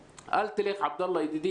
צריך לשלוח מסר ברור להורים.